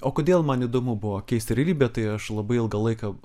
o kodėl man įdomu buvo keisti realybę tai aš labai ilgą laiką